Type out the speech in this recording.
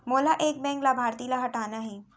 मोला एक बैंक लाभार्थी ल हटाना हे?